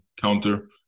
counter